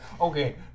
Okay